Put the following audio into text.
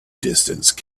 distance